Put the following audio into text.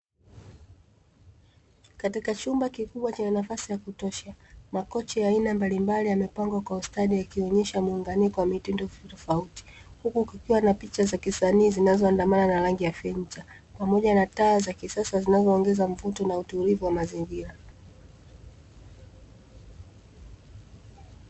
Katika chumba kikubwa chenye nafasi ya kutosha, makochi ya aina mbalimbali yamepangwa kwa ustadi yakionyesha muunganiko wa mitindo tofautitofauti. Huku kukiwa na picha za kisanii zinazoendana na rangi ya fenicha, pamoja na taa za kisasa zinazoongeza mvuto na utulivu wa mazingira.